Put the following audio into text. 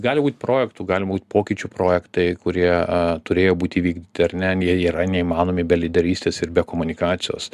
gali būt projektų gali būt pokyčių projektai kurie turėjo būt įvykdyti ar ne jie yra neįmanomi be lyderystės ir be komunikacijos